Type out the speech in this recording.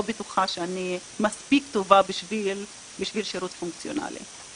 בטוחה שאני מספיק טובה בשביל שירות פונקציונלי.